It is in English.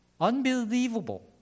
Unbelievable